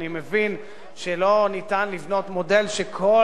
אני מבין שאין אפשרות לבנות מודל שכל